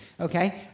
okay